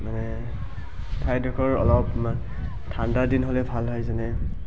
মানে ঠাইডখৰ অলপ ঠাণ্ডাদিন হ'লে ভাল হয় যেনে